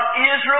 Israel